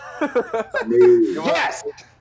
Yes